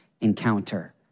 encounter